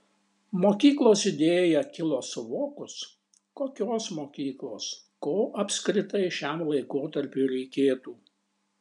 mokyklos idėja kilo suvokus kokios mokyklos ko apskritai šiam laikotarpiui reikėtų